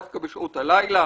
דווקא בשעות הלילה